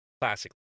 Classic